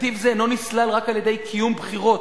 "נתיב זה אינו נסלל רק על-ידי קיום בחירות.